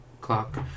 clock